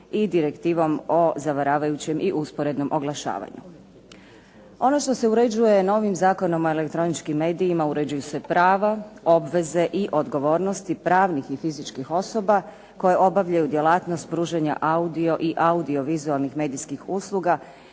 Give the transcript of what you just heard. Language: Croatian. i direktivom o zavaravajućem i usporednom oglašavanju. Ono što se uređuje novim Zakonom o elektroničkim medijima, uređuju se prava, obveze i odgovornosti pravnih i fizičkih osoba koje obavljaju djelatnost pružanja audio i audiovizualnih medijskih usluga